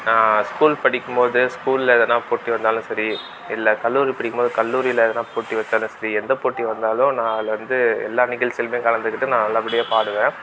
நான் ஸ்கூல் படிக்கும்போது ஸ்கூலில் எதனா போட்டி வந்தாலும் சரி இல்லை கல்லூரி படிக்கும் போது கல்லூரியில் எதனா போட்டி வைச்சாலும் சரி எந்த போட்டி வந்தாலும் நான் அதுலிருந்து எல்லா நிகழ்ச்சிலையுமே கலந்துக்கிட்டு நான் நல்லபடியாக பாடுவேன்